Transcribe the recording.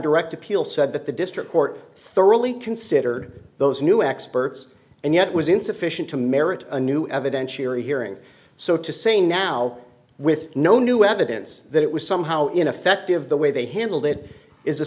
direct appeal said that the district court thoroughly considered those new experts and yet was insufficient to merit a new evidentiary hearing so to say now with no new evidence that it was somehow ineffective the way they handled it is a